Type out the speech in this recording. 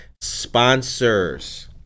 sponsors